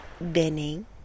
Benning